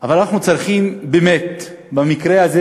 אבל אנחנו באמת צריכים במקרה הזה,